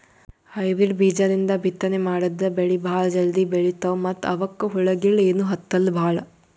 hybrid ಬೀಜಾಲಿಂದ ಬಿತ್ತನೆ ಮಾಡದ್ರ್ ಬೆಳಿ ಭಾಳ್ ಜಲ್ದಿ ಬೆಳೀತಾವ ಮತ್ತ್ ಅವಕ್ಕ್ ಹುಳಗಿಳ ಏನೂ ಹತ್ತಲ್ ಭಾಳ್